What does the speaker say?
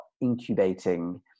incubating